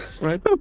right